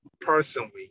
personally